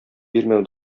бирмәү